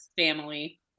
family